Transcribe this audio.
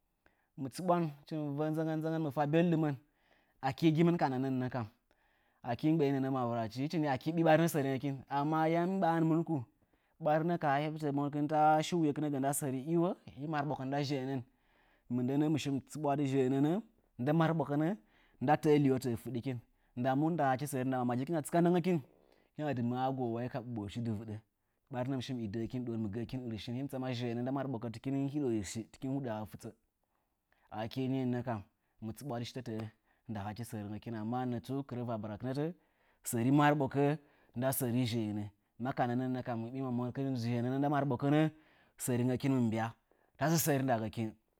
Mɨ tsɨɓwan hɨchi mɨ rəə nzəngən nzəngən fɨ fa belɗɨma. Akɨ gimɨn ka nənə'ənnə kam. Akɨ mgbai manurachin hɨchi nɨ akɨ ɓi ɓarin səringakin. Amma yam mgba'anmɨnku. Barinə ka heɓtə monkɨn shi nuyekɨna nda sərkɨn. I wo? Marɓokən nda zheənən. Mɨndənə mɨ shi tsɨɓwadɨ zeənənə nda marɓokənə nda təə liwo təə fɨɗikin nda mu ndama ma jikɨna tsɨka ndəngəkɨn hɨkina dɨməə a goə wai ka ɓoɓohə shi dɨ vɨɗə. Ɓarinə mɨ shi mɨ gəə kin irshin, hii mɨ tsaman zheənə nda marɓokə tɨkin huɗə irshia tɨkin huɗə ha fɨtsə. Akii nii nə kam tsɨɓwadi shitə nda hachi səringəkin amma nə tsu kɨrə bavɨra kɨtə səri marɓokə nda səni zheənə. Ma ka nəə mɨ ɓiməm monkɨn zheənan nda marɓokən səringəkin mɨ mbya tarə səri ndagəkin.